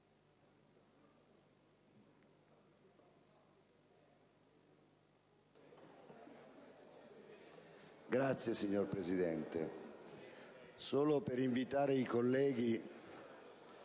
il via, signor Presidente.